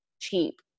cheap